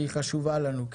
שהיא חשובה לנו.